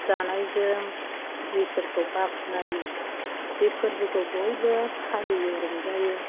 जानायजों ईसोरखौ बाखनायो बे फोरबोखौ बयबो फालियो रंजायो